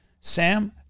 Sam